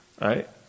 Right